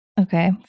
Okay